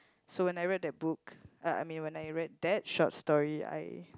so when I read that book uh I mean when I read that short story I